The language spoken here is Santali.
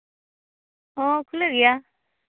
ᱦᱚᱸ ᱠᱷᱩᱞᱟᱹ ᱜᱮᱭᱟ